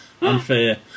Unfair